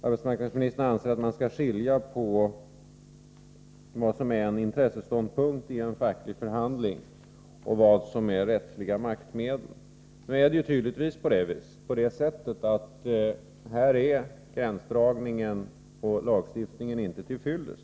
Arbetsmarknadsministern anser att man skall skilja på vad som är en intresseståndpunkt i en facklig förhandling och vad som är rättsliga maktmedel. Det är tydligtvis på det sättet att gränsdragningen i lagstiftningen inte är till fyllest.